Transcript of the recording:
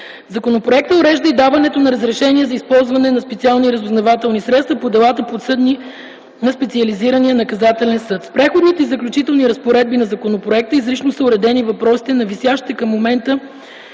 Законопроектът урежда и даването на разрешения за използване на специални разузнавателни средства по делата, подсъдни на Специализирания наказателен съд. С преходните и заключителните разпоредби на законопроекта изрично са уредени въпросите за висящите към момента